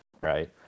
right